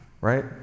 right